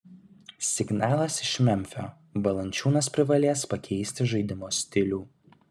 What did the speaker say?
signalas iš memfio valančiūnas privalės pakeisti žaidimo stilių